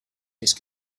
ice